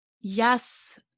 Yes